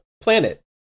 planet